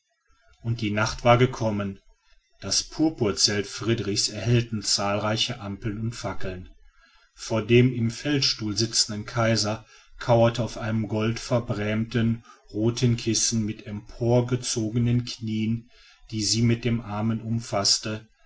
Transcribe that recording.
und die nacht war gekommen das purpurzelt friedrichs erhellten zahlreiche ampeln und fackeln vor dem im feldstuhl sitzenden kaiser kauerte auf einem goldverbrämten roten kissen mit emporgezogenen knien die sie mit den armen umfaßte